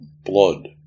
blood